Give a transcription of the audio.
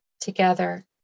together